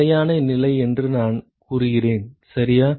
நிலையான நிலை என்று நான் கூறுகிறேன் சரியா